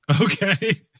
Okay